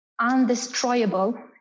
undestroyable